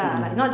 mm